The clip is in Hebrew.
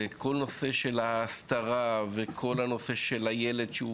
כל הנושא של ההסתרה וכל הנושא של הילד שהוא